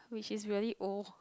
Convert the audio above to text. which is really old